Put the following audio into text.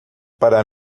para